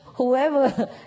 Whoever